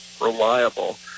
reliable